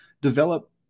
develop